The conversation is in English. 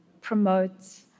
promotes